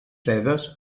fredes